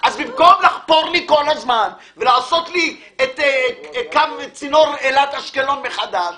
במקום לחפור לי כל הזמן ולעשות את קו צינור אילת-אשקלון מחדש